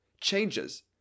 changes